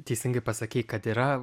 teisingai pasakei kad yra